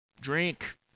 drink